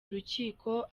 urukiko